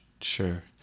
sure